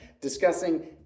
discussing